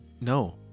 No